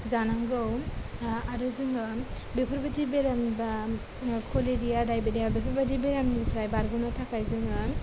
जानांगौ आरो जोङो बेफोरबायदि बेराम बा कलेरा दायेरिया बेफोरबायदि बेरामनिफ्राय बारग'नो थाखाय जोङो